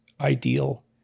ideal